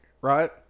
right